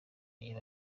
nyuma